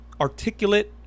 articulate